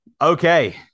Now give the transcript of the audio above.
Okay